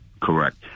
correct